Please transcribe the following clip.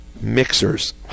mixers